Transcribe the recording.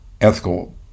ethical